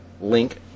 link